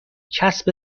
چسب